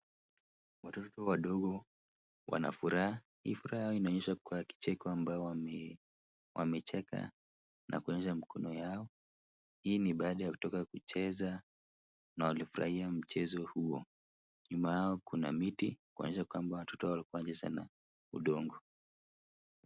Watoto wadogo wana furaha. Hii furaha yao inaonyesha kuwa ya kicheko ambayo wamecheka na kuonyesha mikono yao. Hii ni baada ya kutoka kucheza na walifurahia mchezo huo. Nyuma yao kuna miti, kuonyesha kwamba watoto hao walikuwa wanacheza na udongo